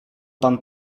pan